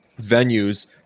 venues